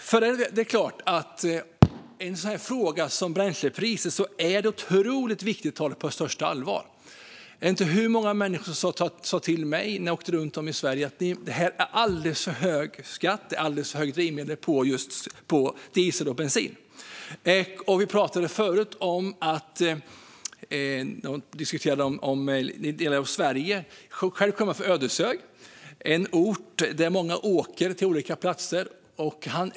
Det är otroligt viktigt att ta en sådan fråga som bränslepriserna på största allvar. Jag vet inte hur många människor som sa till mig när jag åkte runt i Sverige att skatten är alldeles för hög på just diesel och bensin. Vi diskuterade förut olika delar av Sverige. Själv kommer jag från Ödeshög, en ort där många åker till olika platser.